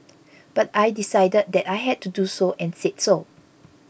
but I decided that I had to do so and said so